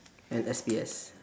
an S P S